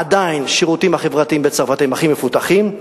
עדיין השירותים החברתיים בצרפת הם הכי מפותחים,